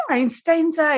Einstein's